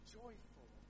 joyful